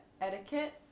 etiquette